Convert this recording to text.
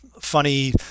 funny